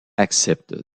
accepte